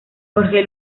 jorge